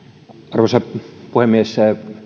arvoisa puhemies